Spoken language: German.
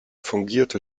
fungierte